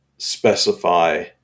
specify